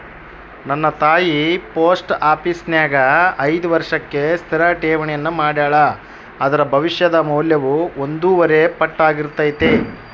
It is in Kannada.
ನನ್ನ ತಾಯಿ ಪೋಸ್ಟ ಆಪೀಸಿನ್ಯಾಗ ಐದು ವರ್ಷಕ್ಕೆ ಸ್ಥಿರ ಠೇವಣಿಯನ್ನ ಮಾಡೆಳ, ಅದರ ಭವಿಷ್ಯದ ಮೌಲ್ಯವು ಒಂದೂವರೆ ಪಟ್ಟಾರ್ಗಿತತೆ